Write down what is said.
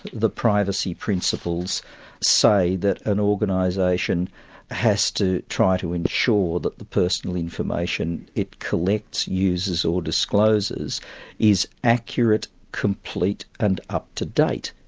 the privacy principles say that an organisation has to try to ensure that the personal information it collects, uses or discloses is accurate, complete and up-to-date.